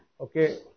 okay